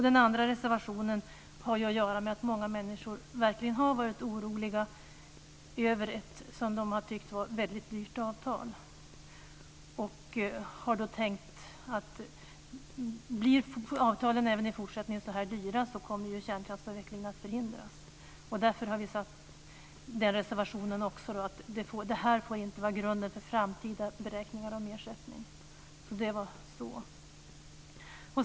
Den andra reservationen har att göra med att många människor verkligen har varit oroliga över ett, som de har tyckt, väldigt dyrt avtal. De har tänkt att blir avtalen så här dyra även i fortsättningen kommer ju kärnkraftsavvecklingen att förhindras. Därför har vi den reservationen också. Det här får inte vara grunden för framtida beräkningar av ersättning. Så var det.